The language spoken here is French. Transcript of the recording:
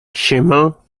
chemin